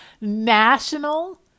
national